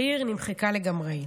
העיר נמחקה לגמרי.